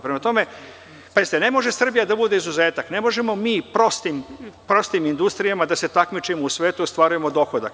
Prema tome, ne može Srbija da bude izuzetak, ne možemo mi prostim industrijama da se takmičimo u svetu i ostvarujemo dohodak.